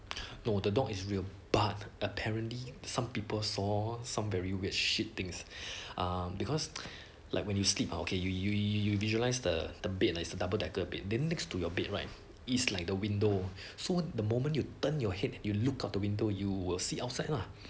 nor the dog is real but apparently some people saw some very weird shit things ah because like when you sleep okay you you visualise the the bed like it's the double decker bed didn't next to your bed right is like the window so the moment you turn your head you look out the window you will see outside lah